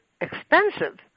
expensive